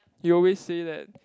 he always say that